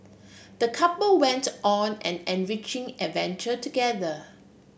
the couple went on an enriching adventure together